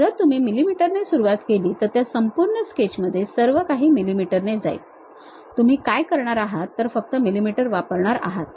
जर तुम्ही mm ने सुरुवात केली तर त्या संपूर्ण स्केचमध्ये सर्वकाही mm ने जाईल तुम्ही काय करणार आहात तर फक्त mm वापरणार आहात